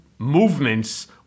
movements